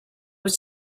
was